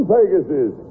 Pegasus